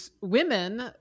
women